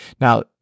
now